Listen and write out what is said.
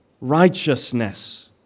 righteousness